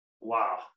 Wow